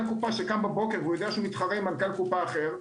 קופה שקם בבוקר ויודע שהוא מתחרה עם מנכ"ל קופה אחר,